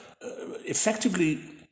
effectively